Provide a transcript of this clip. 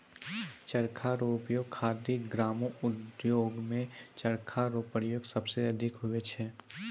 चरखा रो उपयोग खादी ग्रामो उद्योग मे चरखा रो प्रयोग सबसे अधिक हुवै छै